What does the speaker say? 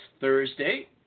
Thursday